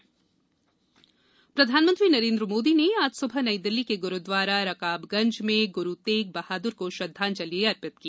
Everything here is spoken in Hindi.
प्रधानमंत्री रकाबगंज प्रधानमंत्री नरेंद्र मोदी ने आज सुबह नई दिल्ली के गुरुद्वारा रकाबगंज में गुरु तेग बहादुर को श्रद्वांजलि अर्पित की